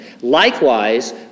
Likewise